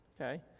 okay